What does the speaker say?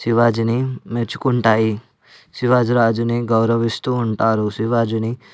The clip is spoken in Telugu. శివాజీని మెచ్చుకుంటాయి శివాజీ రాజుని గౌరవిస్తూ ఉంటారు శివాజీని